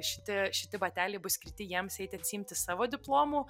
šiti šiti bateliai bus skirti jiems eit atsiimti savo diplomų